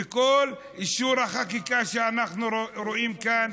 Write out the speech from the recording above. וכל אישור החקיקה שאנחנו רואים כאן